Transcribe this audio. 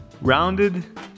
rounded